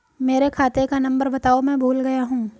मेरे खाते का नंबर बताओ मैं भूल गया हूं